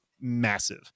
massive